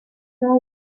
all